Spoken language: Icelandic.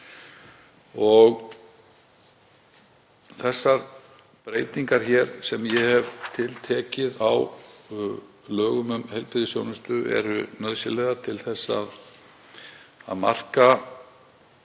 Þessar breytingar hér, sem ég hef tiltekið á lögum um heilbrigðisþjónustu, eru nauðsynlegar til að marka